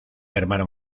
hermano